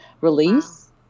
release